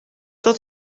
dat